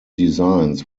designs